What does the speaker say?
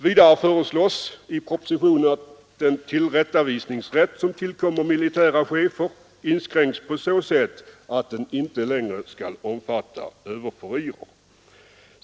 Vidare föreslås i propositionen att den tillrättavisningsrätt som tillkommer militära chefer inskränks på så sätt att den inte längre skall omfatta överfurirer.